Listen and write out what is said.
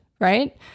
Right